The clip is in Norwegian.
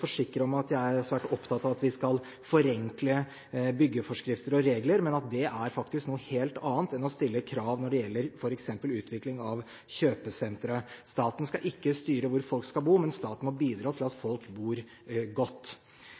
forsikre om at jeg er svært opptatt av at vi skal forenkle byggeforskrifter og regler. Men det er faktisk noe helt annet enn å stille krav når det gjelder f.eks. utvikling av kjøpesentre. Staten skal ikke styre hvor folk skal bo, men staten må bidra til at folk bor godt.